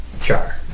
char